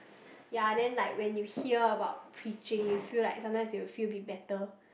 ya then like when you hear about preaching you feel like sometimes you will feel a bit better